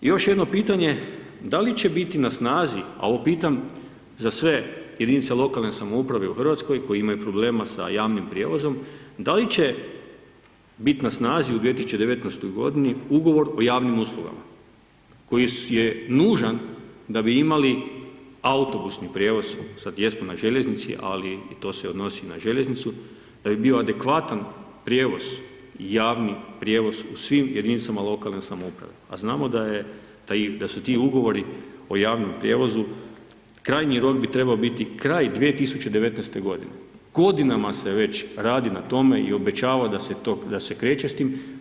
I još jedno pitanje, da li će biti na snazi, a ovo pitam za sve jedinice lokalne samouprave u Hrvatskoj koji imaju problema sa javnim prijevozom, da li će biti na snazi u 2019. godini Ugovor o javnim uslugama koji je nužan da bi imali autobusni prijevoz, sad jesmo na željeznici, ali i to se odnosi na željeznicu, da bi bio adekvatan prijevoz, javni prijevoz u svim jedinicama lokalne samouprave, a znamo da su ti ugovori o javnom prijevozu, krajnji rok bi trebao biti kraj 2019. g. Godinama se već radi na tome i obećava da se kreće s tim.